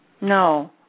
No